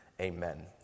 Amen